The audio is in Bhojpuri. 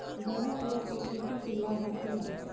गर्मा उरद के खेती से लाभ होखे ला?